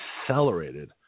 accelerated